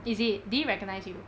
is it did he recognise you